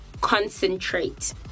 concentrate